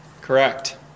correct